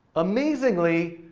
amazingly,